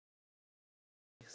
okay